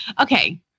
okay